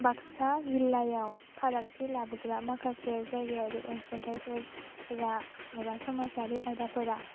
बाक्सा जिल्लायाव फारागथि लाबोग्रा माखासे जायगा आरो अनसुंथाइफोरा एबा समाजारि आयदाफोरा